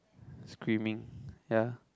screaming ya